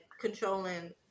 controlling